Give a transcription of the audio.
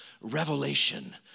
revelation